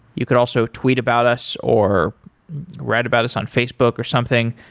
you could also tweet about us or write about us on facebook or something.